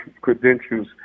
credentials